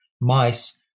mice